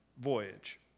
voyage